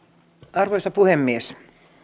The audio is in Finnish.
arvoisa puhemies